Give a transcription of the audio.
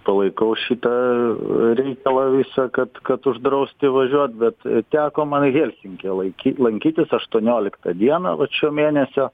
palaikau šitą reikalą visą kad kad uždraust įvažiuot bet teko man helsinkyje laikyt lankytis aštuonioliktą dieną vat šio mėnesio